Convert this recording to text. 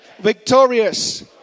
victorious